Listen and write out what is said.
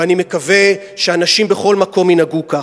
ואני מקווה שאנשים בכל מקום ינהגו כך.